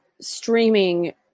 streaming